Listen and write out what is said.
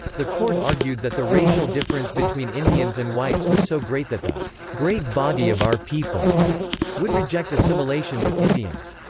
the court argued that the racial difference between indians and whites was so great that the great body of our people would reject assimilation with indians.